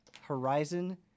Horizon